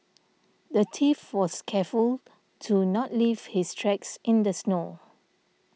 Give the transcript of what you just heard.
the thief was careful to not leave his tracks in the snow